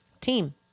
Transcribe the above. Team